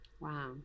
Wow